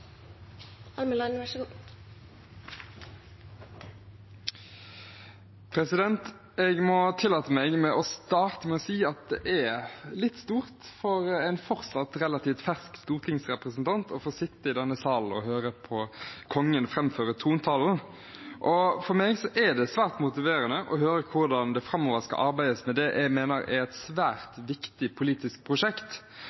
ikke ligger så trygt på rattet lenger. Jeg tillater meg å starte med å si at det er litt stort for en fortsatt relativt fersk stortingsrepresentant å sitte i denne salen og høre kongen framføre trontalen. For meg er det svært motiverende å høre hvordan det framover skal arbeides med det jeg mener er et